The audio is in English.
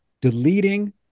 deleting